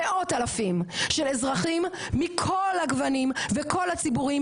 מאות אלפים של אזרחים מכל הגוונים וכל הציבוריים